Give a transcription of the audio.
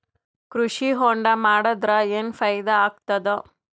ಕೃಷಿ ಹೊಂಡಾ ಮಾಡದರ ಏನ್ ಫಾಯಿದಾ ಆಗತದ?